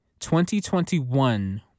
2021